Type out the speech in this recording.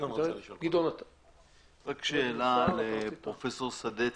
שאלה לפרופסור סדצקי: